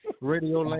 Radio